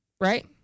right